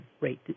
rate